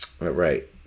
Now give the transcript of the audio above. right